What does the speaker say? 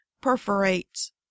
perforates